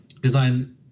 design